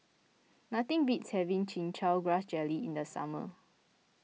nothing beats having Chin Chow Grass Jelly in the summer